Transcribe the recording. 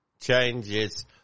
changes